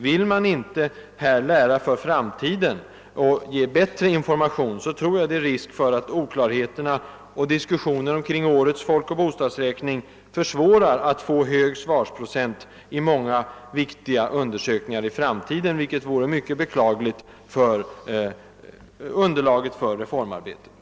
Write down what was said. Vill man inte lära för framtiden och ge bättre information, tror jag att det är risk att oklarheterna och diskussionen kring årets folkoch bostadsräkning försvårar ansträngningarna att få hög svarsfrekvens i många viktiga undersökningar i framtiden, vilket vore mycket beklagligt med hänsyn till reformarbetet.